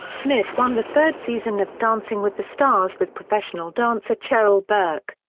smith won the third season of dancing with the stars with professional dancer cheryl burke.